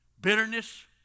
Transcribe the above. bitterness